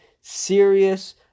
serious